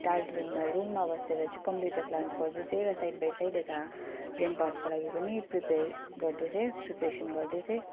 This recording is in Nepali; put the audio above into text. दार्जिलिङमा रुममा बसेर चाहिँ कम्प्युटर क्लास गर्दै थिएँ र साइड बाइ साइड यता जेएनपासको लागि पनि प्रिपेयर गर्दै थिएँ प्रिपरेसन गर्दै थिएँ